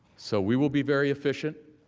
so we will be very efficient.